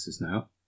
now